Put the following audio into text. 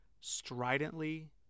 stridently